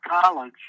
college